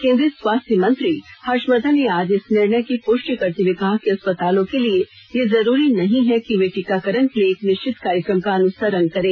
केंद्रीय स्वास्थ्य मंत्री हर्षवर्धन ने आज इस निर्णय की पुष्टि करते हुए कहा कि अस्पतालों के लिए यह जरूरी नहीं है कि वे टीकाकरण के लिए एक निश्चित कार्यक्रम का अनुसरण करें